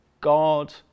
God